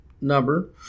number